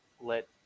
let